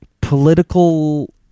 political